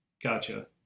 gotcha